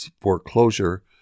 foreclosure